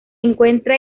encuentra